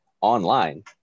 online